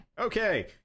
Okay